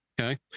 Okay